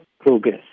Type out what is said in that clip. progress